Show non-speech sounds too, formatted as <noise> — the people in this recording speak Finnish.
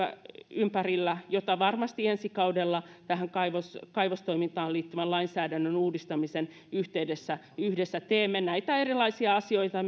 ympärillä varmasti ensi kaudella tähän kaivostoimintaan liittyvän lainsäädännön uudistamisen yhteydessä yhdessä teemme näitä erilaisia asioita <unintelligible>